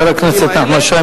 חבר הכנסת שי,